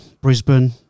Brisbane